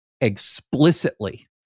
explicitly